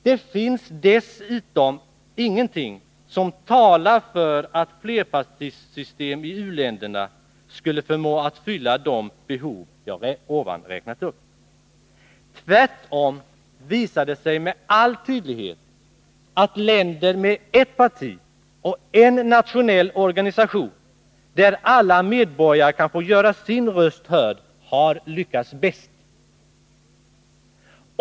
Det finns dessutom ingenting som talar för att flerpartisystem i u-länderna skulle förmå att fylla de behov jag ovan räknat upp. Tvärtom visar det sig med all tydlighet att länder med ett parti och en nationell organisation, där alla medborgare kan få göra sin röst hörd har lyckats bäst.